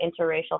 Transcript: interracial